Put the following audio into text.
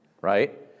right